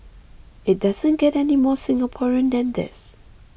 it doesn't get any more Singaporean than this